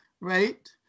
right